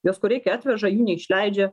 juos kur reikia atveža jų neišleidžia